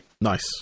nice